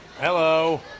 Hello